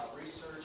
research